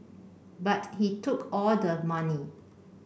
but he took all the money